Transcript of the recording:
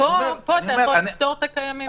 פה אתה יכול לפטור את הקיימים.